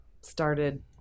started